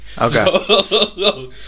Okay